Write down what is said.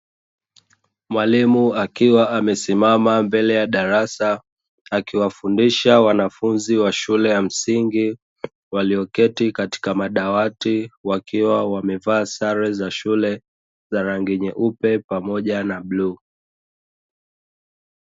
Mwalimu akiwa amesimama mbele ya darasa, akiwafundisha wanafunzi wa shule ya msingi walioketi katika madawati, wakiwa wamevaa sare, za shule za rangi nyeupe pamoja na bluu.